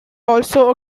also